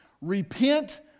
Repent